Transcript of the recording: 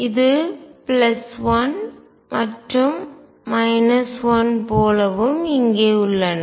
இது 1 மற்றும் 1 போலவும் இங்கே உள்ளன